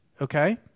okay